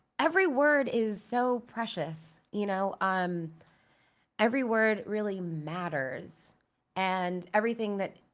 every word is so precious, you know? um every word really matters and everything that,